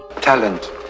Talent